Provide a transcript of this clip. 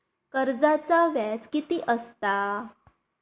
कर्जाचा व्याज कीती असता?